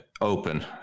open